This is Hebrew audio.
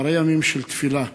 אחרי ימים של תפילה,